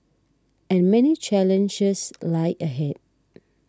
and many challenges lie ahead